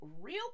real